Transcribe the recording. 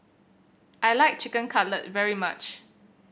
I like Chicken Cutlet very much